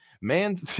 Man